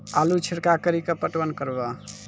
आलू छिरका कड़ी के पटवन करवा?